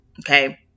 okay